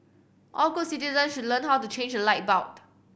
all good citizens should learn how to change light bulb